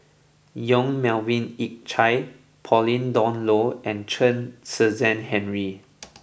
Yong Melvin Yik Chye Pauline Dawn Loh and Chen Kezhan Henri